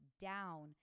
down